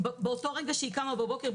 באותו רגע שהיא קמה בבוקר,